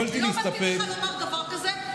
לא מתאים לך לומר דבר כזה.